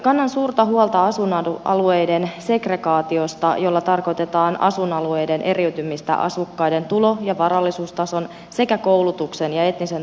kannan suurta huolta asuinalueiden segregaatiosta jolla tarkoitetaan asuinalueiden eriytymistä asukkaiden tulo ja varallisuustason sekä koulutuksen ja etnisen taustan mukaan